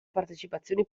partecipazioni